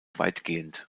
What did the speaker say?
weitgehend